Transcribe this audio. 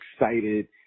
excited